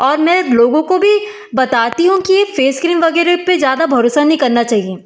और मैं लोगों को भी बताती हूँ की फेस क्रीम वगैरे पर ज़्यादा भरोसा नहीं करना चाहिए